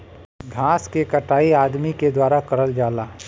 घास के कटाई अदमी के द्वारा करल जाला